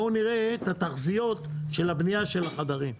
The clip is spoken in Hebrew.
בואו נראה את התחזיות של הבנייה של החדרים.